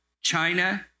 China